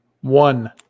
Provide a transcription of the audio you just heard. One